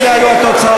אלה היו התוצאות.